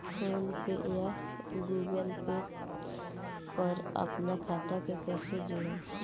PhonePe या Google Pay पर अपना खाता के कईसे जोड़म?